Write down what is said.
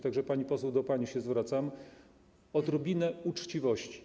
Tak więc, pani poseł - do pani się zwracam - odrobina uczciwości.